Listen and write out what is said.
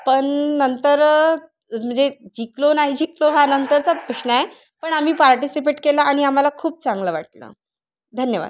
पण नंतर म्हणजे जिंकलो नाही जिंकलो हा नंतरचा प्रश्न आहे पण आम्ही पार्टिसिपेट केला आणि आम्हाला खूप चांगलं वाटलं धन्यवाद